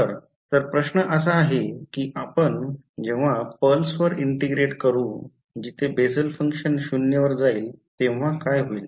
तर तर प्रश्न असा आहे कि जेव्हा आपण पल्सवर इंटीग्रेटे करू जिथे बेसल फंक्शन 0 वर जाईल तेव्हा काय होईल